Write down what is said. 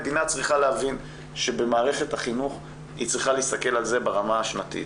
המדינה צריכה להבין שבמערכת החינוך היא צריכה להסתכל על זה ברמה השנתית.